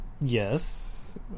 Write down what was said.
yes